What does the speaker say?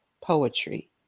poetry